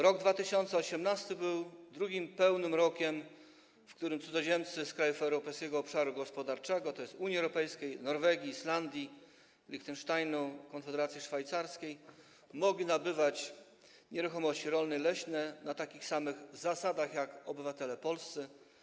Rok 2018 był drugim pełnym rokiem, w którym cudzoziemcy z krajów Europejskiego Obszaru Gospodarczego, tj. Unii Europejskiej, Norwegii, Islandii, Liechtensteinu i Konfederacji Szwajcarskiej, mogli nabywać nieruchomości rolne i leśne na takich samych zasadach jak obywatele polscy.